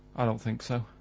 i don't think so.